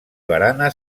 barana